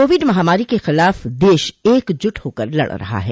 Covid महामारी के खिलाफ देश एकजुट होकर लड़ रहा है